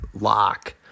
lock